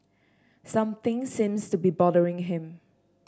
something seems to be bothering him